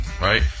Right